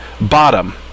bottom